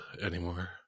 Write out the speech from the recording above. anymore